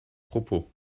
propos